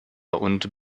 und